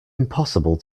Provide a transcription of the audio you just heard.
impossible